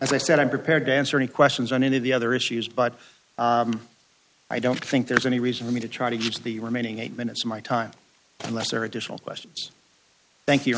as i said i'm prepared to answer any questions on any of the other issues but i don't think there's any reason for me to try to use the remaining eight minutes of my time unless there are additional questions thank you